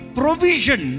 provision